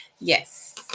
Yes